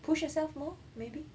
push yourself more maybe